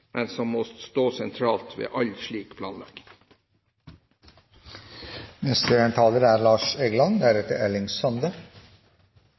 men som må stå sentralt ved all slik